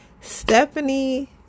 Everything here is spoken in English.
Stephanie